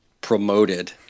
promoted